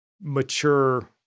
mature